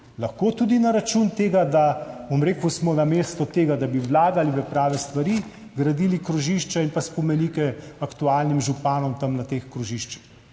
lahko tudi na račun tega, da smo namesto tega, da bi vlagali v prave stvari, gradili krožišča in pa spomenike aktualnim županom tam na teh krožiščih.